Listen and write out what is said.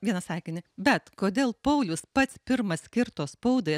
vieną sakinį bet kodėl paulius pats pirmas kirto spaudai